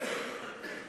אדוני היושב-ראש,